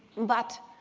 but,